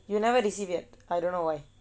you never receive yet I don't know why